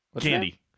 Candy